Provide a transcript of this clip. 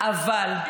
אבל,